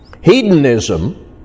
Hedonism